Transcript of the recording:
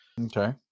Okay